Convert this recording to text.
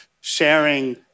sharing